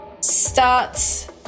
starts